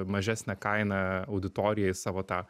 mažesnę kainą auditoriją į savo tą